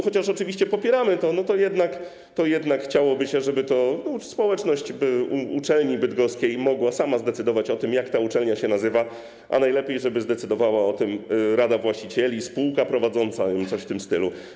Chociaż oczywiście to popieramy, to jednak chciałoby się, żeby społeczność uczelni bydgoskiej mogła sama zdecydować o tym, jak uczelnia się nazywa, a najlepiej, żeby zdecydowała o tym rada właścicieli, spółka prowadząca albo coś w tym stylu.